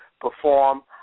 perform